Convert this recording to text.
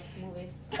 movies